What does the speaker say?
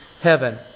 heaven